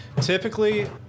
Typically